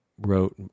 wrote